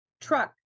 truck